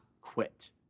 quit